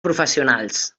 professionals